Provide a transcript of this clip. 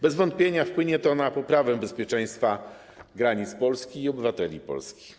Bez wątpienia wpłynie to na poprawę bezpieczeństwa granic Polski i obywateli Polski.